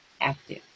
active